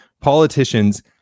politicians